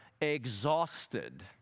exhausted